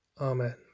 Amen